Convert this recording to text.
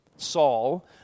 Saul